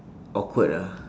awkward lah